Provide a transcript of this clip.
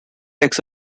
eggs